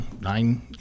nine